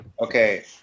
Okay